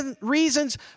reasons